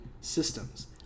systems